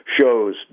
shows